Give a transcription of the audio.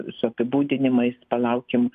su apibūdinimais palaukim